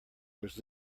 was